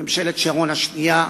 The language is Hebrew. ממשלת שרון השנייה,